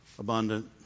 Abundant